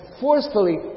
forcefully